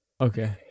Okay